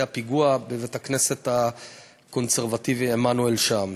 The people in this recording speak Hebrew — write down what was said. פיגוע בבית-הכנסת הקונסרבטיבי "עמנואל" שם.